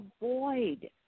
avoid